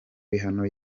bihano